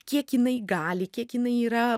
kiek jinai gali kiek jinai yra